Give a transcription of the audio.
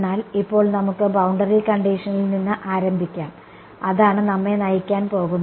എന്നാൽ ഇപ്പോൾ നമുക്ക് ബൌണ്ടറി കണ്ടിഷനിൽ നിന്ന് ആരംഭിക്കാം അതാണ് നമ്മെ നയിക്കാൻ പോകുന്നത്